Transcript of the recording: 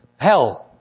hell